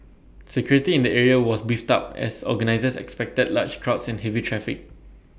security in the area was beefed up as organisers expected large crowds and heavy traffic